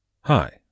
hi